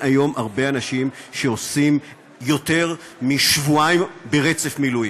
אין היום הרבה אנשים שעושים יותר משבועיים ברצף מילואים.